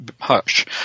Hush